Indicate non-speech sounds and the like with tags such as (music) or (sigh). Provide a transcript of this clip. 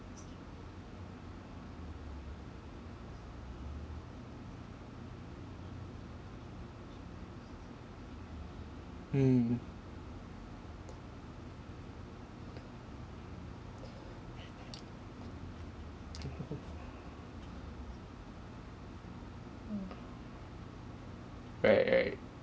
mm (laughs) oh right right